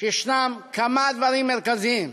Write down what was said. שיש כמה דברים מרכזיים.